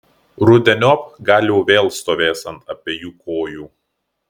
rudeniop gal jau vėl stovės ant abiejų kojų